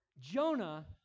Jonah